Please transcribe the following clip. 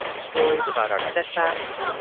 stories about our setbacks,